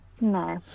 no